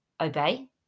obey